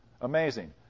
Amazing